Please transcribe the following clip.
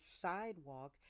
sidewalk